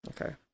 Okay